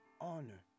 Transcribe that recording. honor